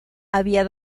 había